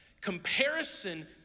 comparison